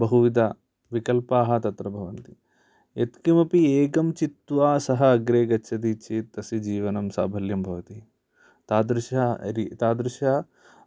बहुविधविकल्पाः तत्र भवन्ति यत्किमपि एकं चित्वा सः अग्रे गच्छति चेत् तस्य जीवनं साफल्यं भवति तादृश तादृश